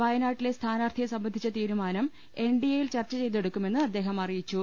വയനാട്ടിലെ സ്ഥാനാർത്ഥിയെ സംബന്ധിച്ച തീരുമാനം എൻ ഡി എയിൽ ചർച്ച ചെയ്തെടുക്കുമെന്ന് അദ്ദേഹം അറി യിച്ചു